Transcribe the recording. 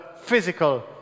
physical